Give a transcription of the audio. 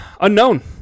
Unknown